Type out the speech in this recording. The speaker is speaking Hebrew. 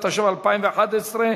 התשע"ב 2011,